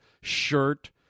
shirt